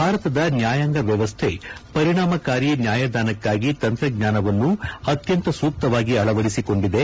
ಭಾರತದ ನ್ಮಾಯಾಂಗ ವ್ಯವಸ್ಥೆ ಪರಿಣಾಮಕಾರಿ ನ್ಯಾಯದಾನಕ್ಕಾಗಿ ತಂತ್ರಜ್ಞಾನವನ್ನು ಅತ್ಯಂತ ಸೂಕ್ತವಾಗಿ ಅಳವಡಿಸಿಕೊಂಡಿದೆ